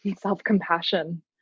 self-compassion